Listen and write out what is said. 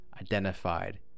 identified